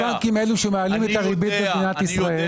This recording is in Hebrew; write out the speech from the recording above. לא הבנקים אלו שמעלים את הריבית במדינת ישראל.